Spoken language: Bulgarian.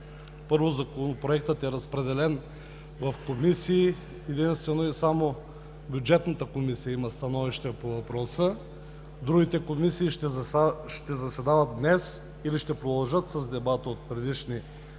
първо, Законопроектът е разпределен в комисии, а единствено и само Бюджетната комисия има само становище по въпроса. Другите комисии ще заседават днес или ще продължат с дебата от предишни заседания.